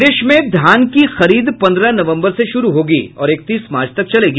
प्रदेश में धान की खरीद पन्द्रह नवम्बर से शुरू होगी और इकतीस मार्च तक चलेगी